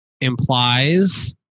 implies